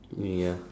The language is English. ya